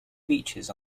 beaches